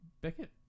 Beckett